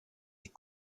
est